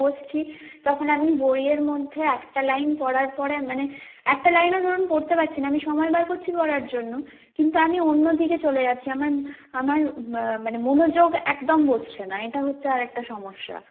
বসছি তখন আমি বইয়ের মধ্যে একটা লাইন পড়ার পরে মানে একটা লাইনও ধরুন পড়তে পারছি না আমি সময় বার করছি পড়ার জন্য কিন্তু আমি অন্য দিকে চলে যাচ্ছি আমার আমার মানে মনোযোগ একদম বসছে না এটা হচ্ছে আরেকটা সমস্যা